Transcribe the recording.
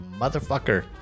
motherfucker